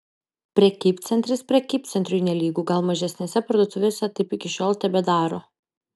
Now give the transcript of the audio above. prekybcentris prekybcentriui nelygu gal mažesnėse parduotuvėse taip iki šiol tebedaro